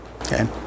Okay